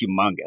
humongous